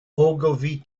ogilvy